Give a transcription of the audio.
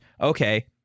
Okay